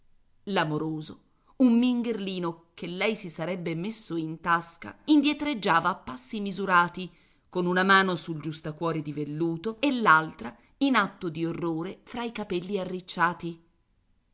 fé l'amoroso un mingherlino che lei si sarebbe messo in tasca indietreggiava a passi misurati con una mano sul giustacuore di velluto e l'altra in atto di orrore fra i capelli arricciati